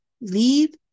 leave